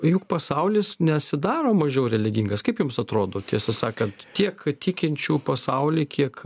juk pasaulis nesidaro mažiau religingas kaip jums atrodo tiesą sakant tiek tikinčių pasauly kiek